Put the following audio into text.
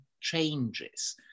changes